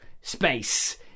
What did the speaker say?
space